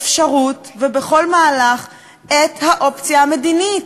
אפשרות ובכל מהלך את האופציה המדינית?